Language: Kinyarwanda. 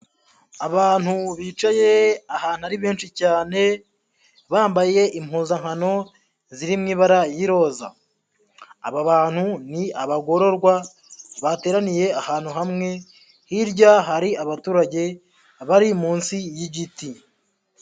Abantu bicaye ahantu ari benshi cyane bambaye impuzankano ziri mu ibara y'iroza, aba bantu ni abagororwa bateraniye ahantu hamwe, hirya hari abaturage bari munsi y'igiti.